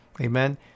Amen